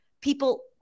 people